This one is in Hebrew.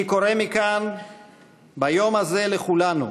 אני קורא מכאן ביום הזה לכולנו: